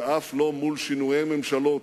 ואף לא מול שינויי ממשלות,